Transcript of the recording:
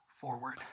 forward